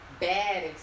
bad